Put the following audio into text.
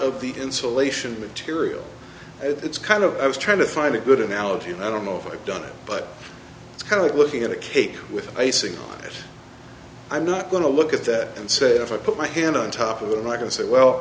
of the insulation material it's kind of i was trying to find a good analogy and i don't know if i've done it but it's kind of looking at a cake with icing i'm not going to look at that and say if i put my hand on top of it and i can say well